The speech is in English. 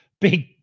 big